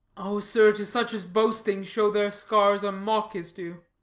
o, sir, to such as boasting show their scars a mock is due.